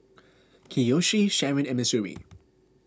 Kiyoshi Sharyn and Missouri